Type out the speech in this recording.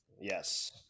Yes